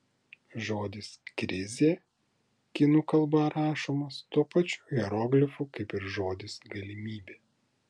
žodis krizė kinų kalba rašomas tuo pačiu hieroglifu kaip ir žodis galimybė